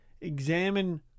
examine